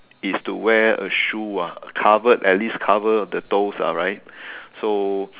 is to wear a shoe ah covered at least cover of the toes lah right so